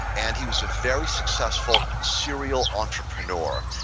and he was a very successful serial entrepreneur.